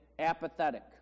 apathetic